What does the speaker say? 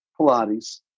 Pilates